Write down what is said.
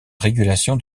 régulation